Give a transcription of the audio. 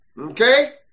okay